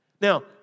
Now